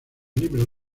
libros